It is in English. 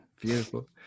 beautiful